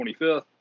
25th